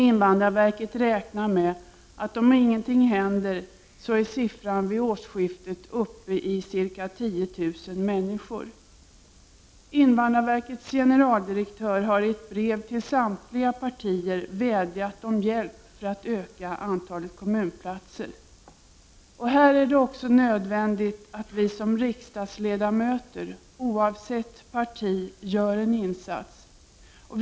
Invandrarverket räknar med att siffran, om ingenting händer, vid årsskiftet är uppe i ca 10 000 människor. Invandrarverkets generaldirektör har i ett brev till samtliga partier vädjat om hjälp för att öka antalet kommunplatser. Det är nödvändigt att vi som riksdagsledamöter, oavsett parti, gör en insats här.